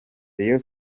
rayon